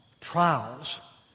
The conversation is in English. trials